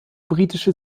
britische